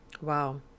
Wow